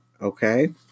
okay